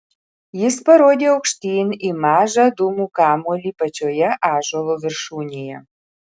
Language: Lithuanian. jis parodė aukštyn į mažą dūmų kamuolį pačioje ąžuolo viršūnėje